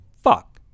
fuck